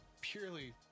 purely